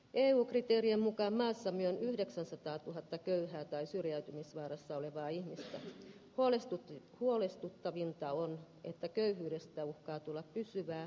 eu kriteerien mukaan asemien yhdeksänsataatuhatta köyhää tai syrjäytymisvaarassa olevaa ihmistä huolestutti huolestuttavinta on että köyhyydestä uhkaa tulla pysyvää